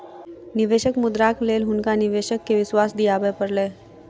निवेशक मुद्राक लेल हुनका निवेशक के विश्वास दिआबय पड़लैन